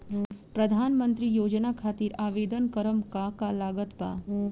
प्रधानमंत्री योजना खातिर आवेदन करम का का लागत बा?